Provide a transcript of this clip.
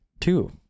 two